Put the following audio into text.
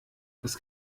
das